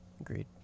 Agreed